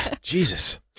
Jesus